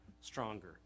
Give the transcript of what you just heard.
stronger